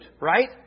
right